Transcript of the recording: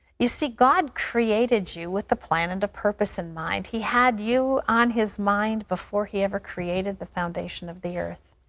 you see, god created you with a plan and a purpose in mind. he had you on his mind before he ever created the foundation of the earth.